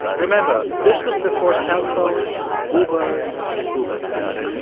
remember, this was before cell phones, ubers and google maps.